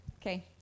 Okay